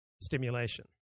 stimulation